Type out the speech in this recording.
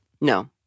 No